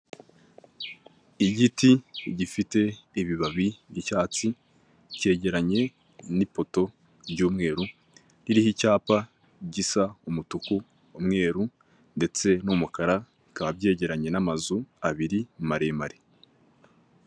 Igiti gifite ibibabi by'icyatsi kegeranye n'ipoto ry'umweru iririho icyapa gisa umutuku umweru ndetse n'umukara bikaba byegeranye n'amazu abiri maremare.